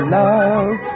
love